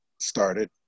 started